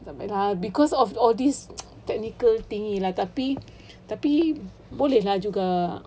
takpe lah cause of this technical thingy tapi tapi boleh lah juga